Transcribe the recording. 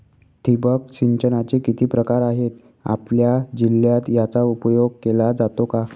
ठिबक सिंचनाचे किती प्रकार आहेत? आपल्या जिल्ह्यात याचा उपयोग केला जातो का?